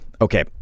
Okay